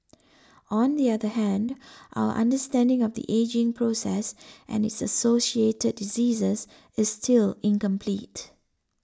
on the other hand our understanding of the ageing process and its associated diseases is still incomplete